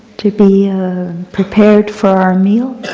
to be prepared for our meal.